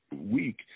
week